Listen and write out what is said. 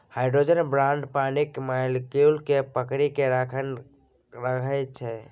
hydrogen bond पानिक molecule केँ पकरि केँ राखने रहै छै